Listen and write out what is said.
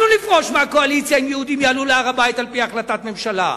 אנחנו נפרוש מהקואליציה אם יהודים יעלו להר-הבית על-פי החלטת הממשלה,